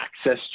access